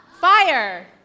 Fire